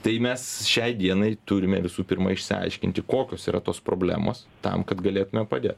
tai mes šiai dienai turime visų pirma išsiaiškinti kokios yra tos problemos tam kad galėtume padėt